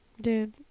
Dude